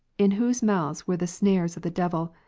in whose mouths were the snares of the devil,